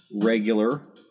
regular